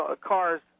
Cars